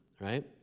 right